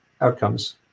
outcomes